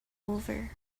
over